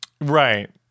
Right